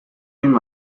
you